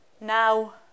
Now